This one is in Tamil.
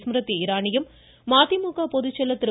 ஸ்மிருதி இராணியும் மதிமுக பொதுச்செயல் திரு